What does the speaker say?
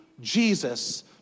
Jesus